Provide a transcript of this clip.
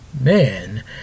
Man